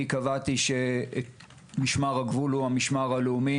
אני קבעתי שמשמר הגבול הוא המשמר הלאומי